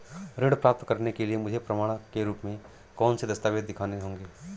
ऋण प्राप्त करने के लिए मुझे प्रमाण के रूप में कौन से दस्तावेज़ दिखाने होंगे?